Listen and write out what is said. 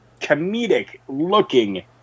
comedic-looking